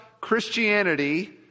Christianity